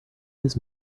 his